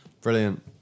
Brilliant